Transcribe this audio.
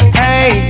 hey